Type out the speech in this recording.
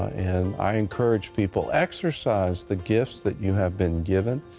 and i encourage people, exercise the gifts that you have been given.